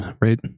right